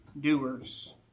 doers